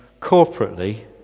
corporately